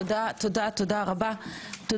תודה רבה לכולם.